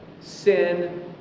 sin